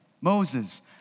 Moses